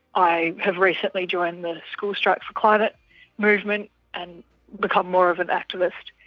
i have recently joined the school strike for climate movement and become more of an activist,